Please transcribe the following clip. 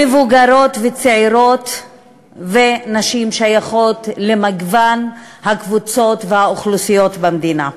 מבוגרות וצעירות ונשים ששייכות למגוון הקבוצות והאוכלוסיות במדינה.